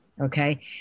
Okay